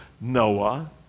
Noah